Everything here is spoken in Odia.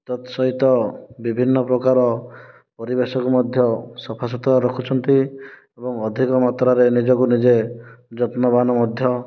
ତତ୍ସହିତ ବିଭିନ୍ନ ପ୍ରକାର ପରିବେଶକୁ ମଧ୍ୟ ସଫାସୁତୁରା ରଖୁଛନ୍ତି ଏବଂ ଅଧିକ ମାତ୍ରାରେ ନିଜକୁ ନିଜେ ଯତ୍ନବାନ ମଧ୍ୟ